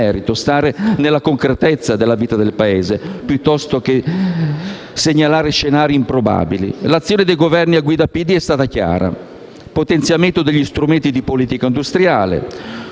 stare nella concretezza della vita del Paese, piuttosto che segnalare scenari improbabili. L'azione dei Governi a guida PD è stata chiara, con il potenziamento degli strumenti di politica industriale,